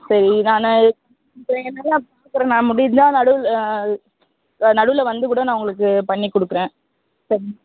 சரி நான் என்னால் நான் முடிஞ்சா நடுவில் நடுவில் வந்து கூட நான் உங்களுக்கு பண்ணிக் கொடுக்குறேன் சரி